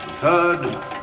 third